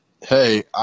Hey